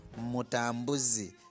Mutambuzi